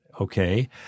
okay